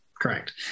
correct